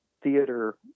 theater